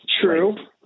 True